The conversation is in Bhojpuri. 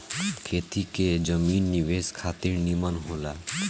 खेती के जमीन निवेश खातिर निमन होला